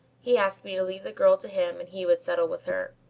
he asked me to leave the girl to him and he would settle with her.